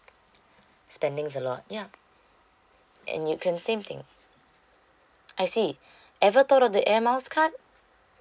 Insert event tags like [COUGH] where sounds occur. spendings a lot ya and you can same thing I see [BREATH] ever thought of the air miles card